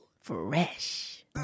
fresh